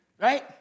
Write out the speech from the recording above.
Right